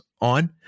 on